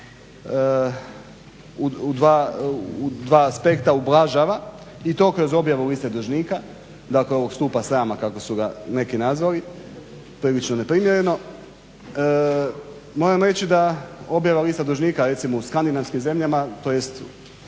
u dva aspekta ublažava i to kroz objavu liste dužnika, dakle ovog stupa srama kako su ga neki nazvali previše neprimjereno. Moram reći da objava liste dužnike recimo u skandinavskim zemljama tj.